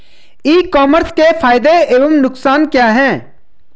ई commerce के फायदे एवं नुकसान क्या हैं?